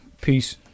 Peace